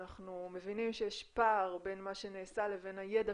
אנחנו מבינים שיש פער בין מה שנעשה לבין הידע